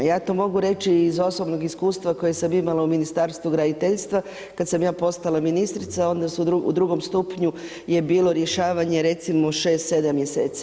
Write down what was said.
Ja to mogu reći i iz osobnog iskustva koje sam imala u Ministarstvu graditeljstva, kada sam ja postala ministrica onda je u drugom stupnju je bilo rješavanje recimo 6, 7 mjeseci.